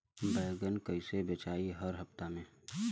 बैगन कईसे बेचाई हर हफ्ता में?